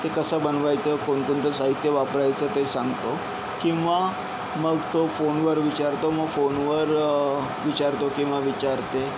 ते कसं बनवायचं कोणकोणतं साहित्य वापरायचं ते सांगतो किंवा मग तो फोनवर विचारतो मग फोनवर विचारतो किंवा विचारते